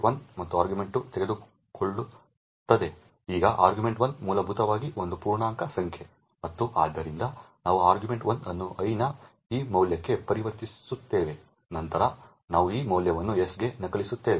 ಈಗ argv1 ಮೂಲಭೂತವಾಗಿ ಒಂದು ಪೂರ್ಣಾಂಕ ಸಂಖ್ಯೆ ಮತ್ತು ಆದ್ದರಿಂದ ನಾವು argv1 ಅನ್ನು i ನ ಈ ಮೌಲ್ಯಕ್ಕೆ ಪರಿವರ್ತಿಸುತ್ತೇವೆ ನಂತರ ನಾವು ಈ ಮೌಲ್ಯವನ್ನು s ಗೆ ನಕಲಿಸುತ್ತೇವೆ